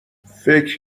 فکر